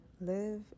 live